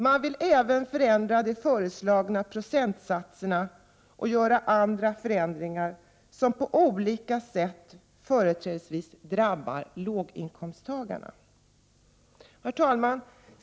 Man vill också förändra de föreslagna procentsatserna och göra andr förändringar som på olika sätt företrädesvis drabbar låginkomsttagarna. Herr talman!